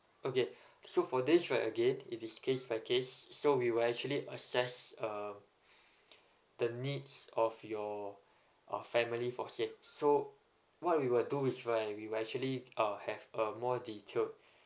okay so for this right again it is case by case so we will actually assess um the needs of your of family for said so what we will do is right we will actually uh have a more detailed